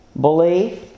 Belief